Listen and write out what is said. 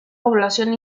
población